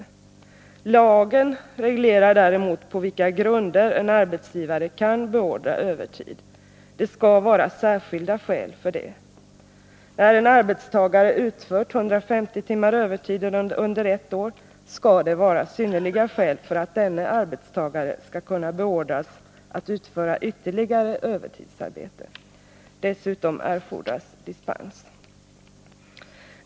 I lagen regleras däremot på vilka grunder en arbetsgivare kan beordra övertid. Det skall vara 125 särskilda skäl för det. När en arbetstagare utfört 150 timmar övertid under ett år, skall det vara synnerliga skäl för att denne arbetstagare skall kunna beordras att utföra ytterligare övertidsarbete. Dessutom erfordras dispens.